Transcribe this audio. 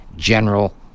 general